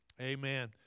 Amen